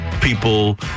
people